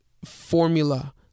Formula